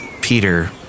Peter